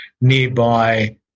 nearby